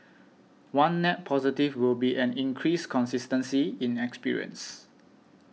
one net positive will be an increased consistency in experience